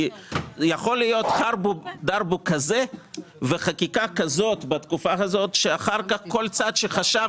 יכולה להיות חקיקה בתקופה הזאת שאחר כך כל צד שחשב